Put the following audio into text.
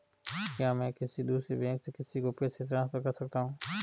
क्या मैं किसी दूसरे बैंक से किसी को पैसे ट्रांसफर कर सकता हूं?